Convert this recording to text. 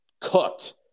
cooked